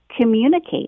communicate